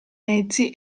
mezzi